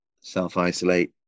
self-isolate